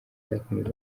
nzakomeza